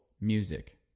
music